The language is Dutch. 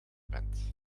bent